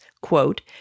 quote